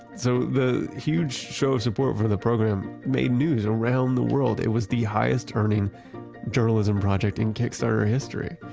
so, the huge show of support for the program made news around the world. it was the highest earning journalism project in kickstarter history.